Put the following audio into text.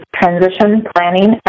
transitionplanning